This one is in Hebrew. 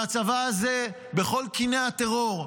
והצבא הזה בכל קיני הטרור,